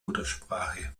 muttersprache